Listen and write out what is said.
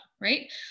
right